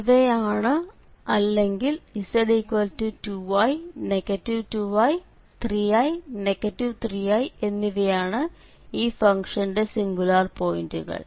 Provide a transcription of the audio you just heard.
ഇവയാണ് അല്ലെങ്കിൽ z2i 2i3i 3i എന്നിവയാണ് ഈ ഫംഗ്ഷന്റെ സിംഗുലാർ പോയിന്റുകൾ